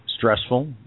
stressful